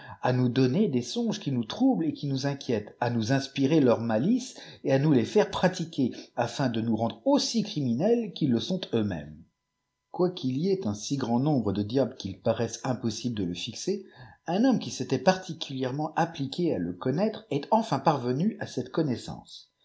à nous donner des songes qui nous troublent et jui nous inquiètent à lous inspirer leui-s malices et à nous les faire pratiquer afin de nous rendre aussi criminels qu'ils le sont euxr mêmes quoiqu'il y ait un â grand nombre de diables qu'il paraisse impossible de le fixer un homme qui s'était particulièrement appliqué à le connaître est enfin parvenu à cette connaissance